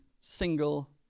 single